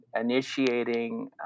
initiating